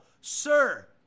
Sir